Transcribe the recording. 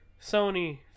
Sony